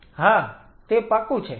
હા તે પાક્કું છે